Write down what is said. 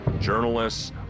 journalists